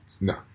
No